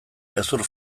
hezur